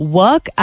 work